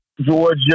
Georgia